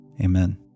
Amen